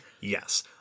Yes